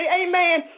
Amen